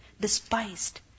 despised